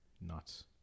Nuts